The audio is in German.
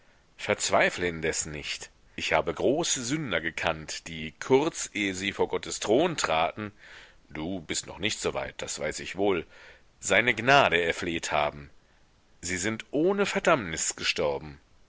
verzweifle indessen nicht ich habe große sünder gekannt die kurz ehe sie vor gottes thron traten du bist noch nicht so weit das weiß ich wohl seine gnade erfleht haben sie sind ohne verdammnis gestorben